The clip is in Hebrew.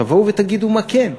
תבואו ותגידו מה כן.